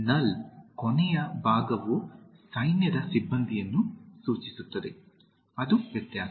ನಲ್ ಕೊನೆಯ ಭಾಗವು ಸೈನ್ಯದ ಸಿಬ್ಬಂದಿ ಯನ್ನು ಸೂಚಿಸುತ್ತದೆ ಅದು ವ್ಯತ್ಯಾಸ